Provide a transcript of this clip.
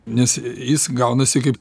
nes jis gaunasi kaip